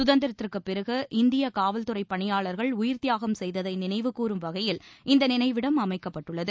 சுதந்திரத்திற்குப்பிறகு இந்திய காவல்துறை பணியாளர்கள் உயிர்த்தியாகம் செய்ததை நினைவு கூரும் வகையில் இந்த நினைவிடம் அமைக்கப்பட்டுள்ளது